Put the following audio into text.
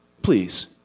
Please